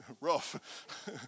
rough